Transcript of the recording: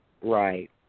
Right